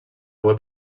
web